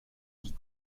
qui